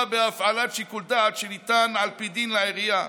בהפעלת שיקול דעת שניתן על פי דין לעירייה